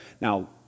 Now